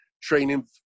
Training